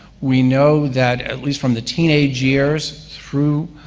we know that, at least from the teenage years through